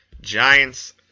Giants